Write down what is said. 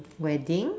wedding